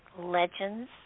legends